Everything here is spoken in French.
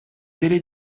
délai